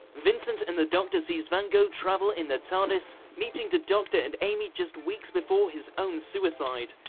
vincent and the doctor sees van gogh travel in the tardis, meeting the doctor and amy just weeks before his own suicide.